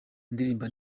ndirimba